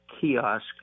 kiosk